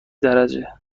درجه